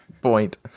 point